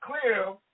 clear